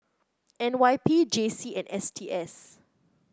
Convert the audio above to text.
N Y P J C and S T S